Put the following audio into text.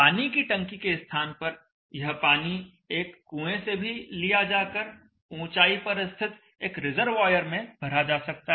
पानी की टंकी के स्थान पर यह पानी एक कुएं से भी लिया जाकर ऊंचाई पर स्थित एक रिजर्वॉयर में भरा जा सकता है